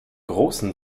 großen